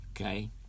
Okay